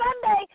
Sunday